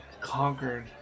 conquered